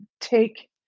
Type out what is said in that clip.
take